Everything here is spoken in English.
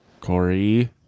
Corey